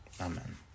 Amen